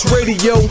Radio